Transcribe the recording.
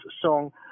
song